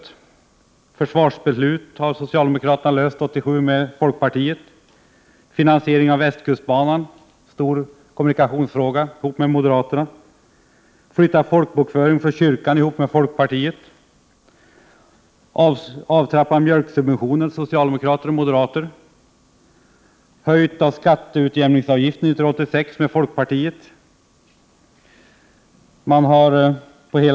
Det gäller t.ex. försvarsbeslutet 1987, som socialdemokraterna kunde få igenom med hjälp av folkpartiet, finansieringen av västkustbanan, en stor kommunikationsfråga där socialdemokraterna och moderaterna bildade majoritet, borttagandet av folkbokföringen från kyrkan, som man drev igenom med hjälp av folkpartiet, frågan om avtrappningen av mjölksubventionerna, där socialdemokrater och moderater gick ihop och höjningen av skatteutjämningsavgiften 1986, som genomdrevs med hjälp av folkpartiet.